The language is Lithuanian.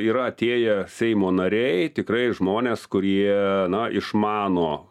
yra atėję seimo nariai tikrai žmonės kurie na išmano